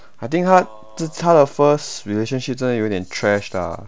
I think 她只她的 first relationship 真的有点 trash lah